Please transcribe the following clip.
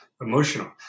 emotional